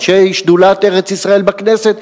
אנשי שדולת ארץ-ישראל בכנסת,